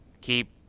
keep